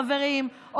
חברים,